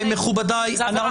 זו עבירה חמורה מאוד.